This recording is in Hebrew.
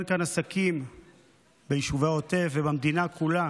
כאן עסקים ביישובי העוטף ובמדינה כולה